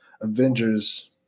Avengers